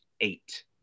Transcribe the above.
eight